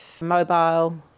mobile